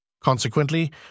Consequently